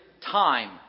time